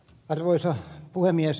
arvoisa puhemies